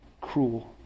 cruel